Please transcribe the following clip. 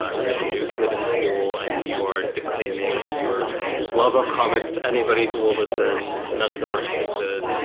ah you're the new kid in school and you are declaiming your love of comics to anybody who will listen. none of them are interested.